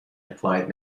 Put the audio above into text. applied